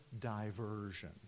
diversion